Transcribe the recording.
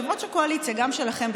יושב-ראש הקואליציה גם שלכם,